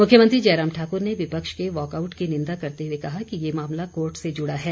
मुख्यमंत्री जयराम ठाकुर ने विपक्ष के वाकआउट की निंदा करते हुए कहा कि यह मामला कोर्ट से जुड़ा है